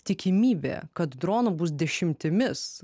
tikimybė kad dronų bus dešimtimis